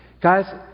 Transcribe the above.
Guys